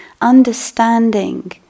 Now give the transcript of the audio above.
understanding